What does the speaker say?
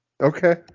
Okay